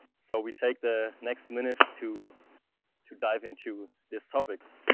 so we take the next minutes to to dive into these topics.